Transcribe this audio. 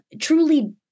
truly